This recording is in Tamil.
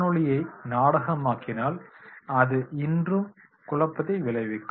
காணொளியை நாடகமாக்கினால் அது இன்னும் குழப்பத்தை விளைவிக்கும்